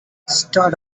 start